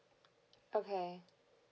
okay